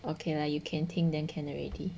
okay lah you can 听 then can already